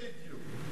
בדיוק.